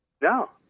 No